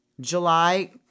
July